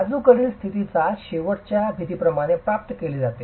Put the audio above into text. बाजूकडील स्थिरता शेवटच्या भिंतींद्वारे प्राप्त केली जाते